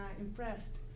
impressed